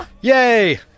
Yay